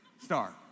star